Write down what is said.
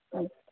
ಹ್ಞೂ